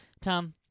Tom